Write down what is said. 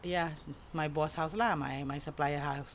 ya my boss house lah my my supplier's house